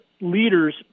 leaders